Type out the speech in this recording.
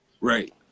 Right